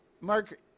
Mark